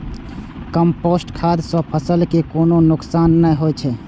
compost खाद सं फसल कें कोनो नुकसान नै होइ छै